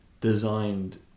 designed